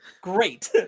Great